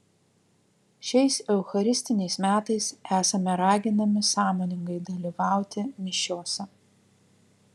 šiais eucharistiniais metais esame raginami sąmoningai dalyvauti mišiose